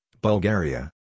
Bulgaria